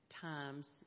times